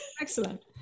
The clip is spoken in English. Excellent